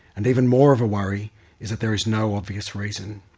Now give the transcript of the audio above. and even more of a worry is that there is no obvious reason.